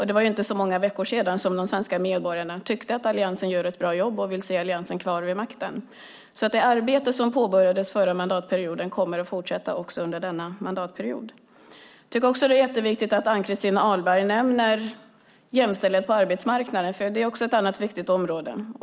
Det var inte så många veckor sedan de svenska medborgarna tyckte att Alliansen gör ett bra jobb och ville se Alliansen kvar vid makten. Det arbete som påbörjades under förra mandatperioden kommer alltså att fortsätta också under denna mandatperiod. Jag tycker även att det är viktigt att Ann-Christin Ahlberg nämner jämställdhet på arbetsmarknaden, för det är också ett viktigt område.